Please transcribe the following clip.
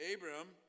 Abram